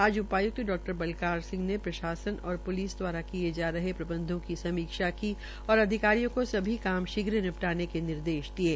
आज उपाय्क्त डा बलकार सिंह ने प्रशासन और पुलिस दवारा किये जा रहे प्रबंधों की समीक्षा की और अधिकारियों को सभी काम शीघ्र निपटाने के निर्देश दिये